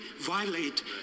violate